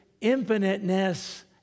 infiniteness